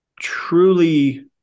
truly